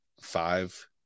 five